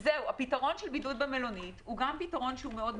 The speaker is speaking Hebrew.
הפתרון של בידוד במלונית גם מאוד מוגבל.